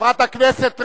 חברת הכנסת רגב,